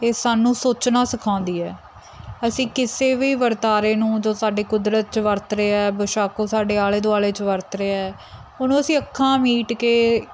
ਇਹ ਸਾਨੂੰ ਸੋਚਣਾ ਸਿਖਾਉਂਦੀ ਹੈ ਅਸੀਂ ਕਿਸੇ ਵੀ ਵਰਤਾਰੇ ਨੂੰ ਜੋ ਸਾਡੇ ਕੁਦਰਤ 'ਚ ਵਰਤ ਰਿਹਾ ਬਸ਼ੱਕ ਉਹ ਸਾਡੇ ਆਲੇ ਦੁਆਲੇ 'ਚ ਵਰਤ ਰਿਹਾ ਉਹਨੂੰ ਅਸੀਂ ਅੱਖਾਂ ਮੀਟ ਕੇ